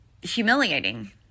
humiliating